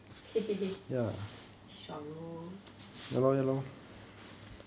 shuang lor